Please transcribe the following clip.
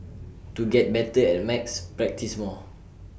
to get better at maths practise more